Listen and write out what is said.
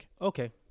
okay